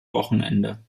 wochenende